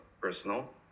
personal